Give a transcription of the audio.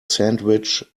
sandwich